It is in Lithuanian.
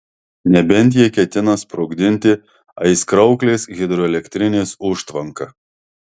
nebent jie ketina sprogdinti aizkrauklės hidroelektrinės užtvanką